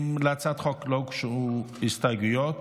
להצעת החוק לא הוגשו הסתייגויות.